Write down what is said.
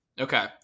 Okay